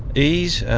ease?